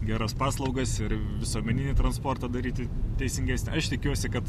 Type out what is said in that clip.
geras paslaugas ir visuomeninį transportą daryti teisingesnį aš tikiuosi kad